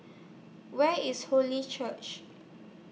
Where IS Holy Church